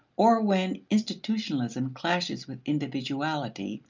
or when institutionalism clashes with individuality,